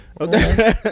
Okay